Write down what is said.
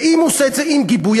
ואם הוא עושה את זה עם גיבוי,